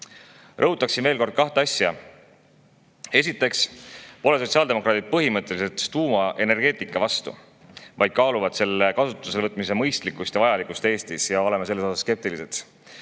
Rõhutan veel kord kahte asja. Esiteks pole sotsiaaldemokraadid põhimõtteliselt tuumaenergeetika vastu, vaid kaaluvad selle kasutusele võtmise mõistlikkust ja vajalikkust Eestis – oleme selle suhtes skeptilised.